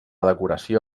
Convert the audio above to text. decoració